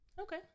Okay